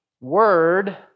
Word